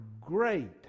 great